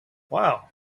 wow